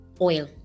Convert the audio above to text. oil